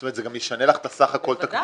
זה ישנה לך את סך כל התקבולים.